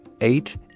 eight